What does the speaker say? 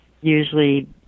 usually